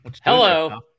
hello